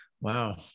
Wow